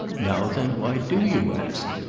now then why do you ask?